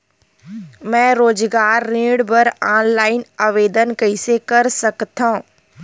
मैं रोजगार ऋण बर ऑनलाइन आवेदन कइसे कर सकथव?